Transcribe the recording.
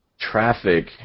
traffic